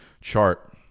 chart